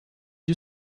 you